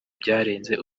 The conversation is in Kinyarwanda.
byarenze